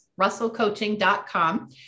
Russellcoaching.com